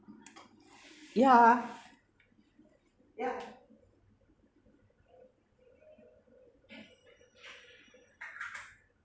yeah yup